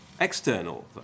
external